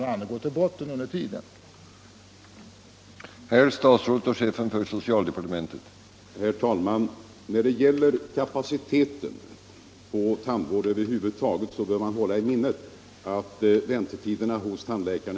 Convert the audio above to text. Men då har den andra båten redan gått till botten.